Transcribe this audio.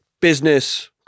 business